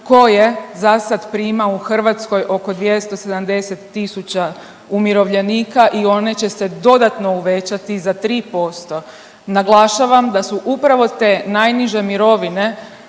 koje za sad prima u Hrvatskoj oko 270 000 umirovljenika i one će se dodatno uvećati za 3%. Naglašavam da su upravo te najniže mirovine